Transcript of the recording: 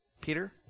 Peter